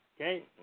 Okay